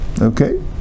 Okay